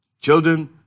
children